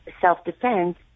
self-defense